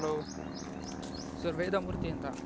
hello sir Vedamurthy ಅಂತ